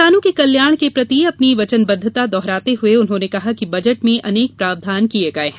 किसानों के कल्याण के प्रति अपनी वचनबद्धता दोहराते हुए उन्होंने कहा कि बजट में अनेक प्रावधान किये गये हैं